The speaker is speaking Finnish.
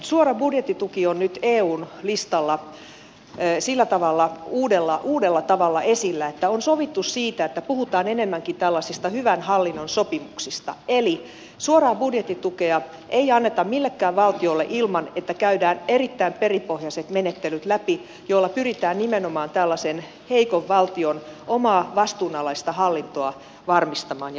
suora budjettituki on nyt eun listalla sillä tavalla uudella tavalla esillä että on sovittu siitä että puhutaan enemmänkin tällaisista hyvän hallinnon sopimuksista eli suoraa budjettitukea ei anneta millekään valtiolle ilman että käydään läpi erittäin perinpohjaiset menettelyt joilla pyritään nimenomaan tällaisen heikon valtion omaa vastuunalaista hallintoa varmistamaan ja kehittämään